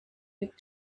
with